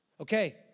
Okay